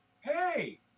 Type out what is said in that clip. hey